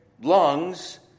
lungs